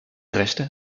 rechte